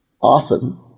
often